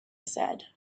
said